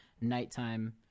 nighttime